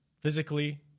physically